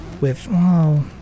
with—oh